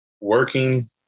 working